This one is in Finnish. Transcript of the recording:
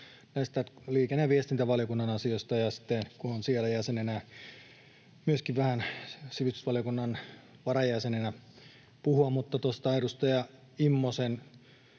liikenne‑ ja viestintävaliokunnan asioista, kun olen siellä jäsenenä, ja myöskin vähän sivistysvaliokunnan varajäsenenä puhumaan. Tuohon edustaja Immosen